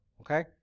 Okay